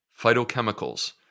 phytochemicals